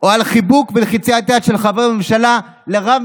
או על חיבוק ולחיצת יד של חבר מממשלה לרב-מרצחים?